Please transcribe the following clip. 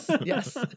yes